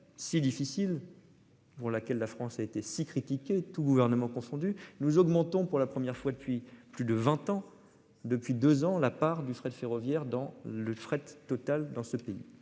si difficile. Pour laquelle la France a été si critiqué tous gouvernements confondus nous augmentons pour la première fois depuis plus de 20 ans, depuis 2 ans la part du fret ferroviaire dans le fret total dans ce pays,